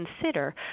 consider